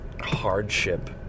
hardship